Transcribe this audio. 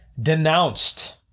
denounced